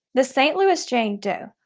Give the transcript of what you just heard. the st. louis jane doe,